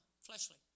fleshly